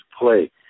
play